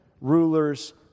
rulers